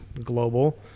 global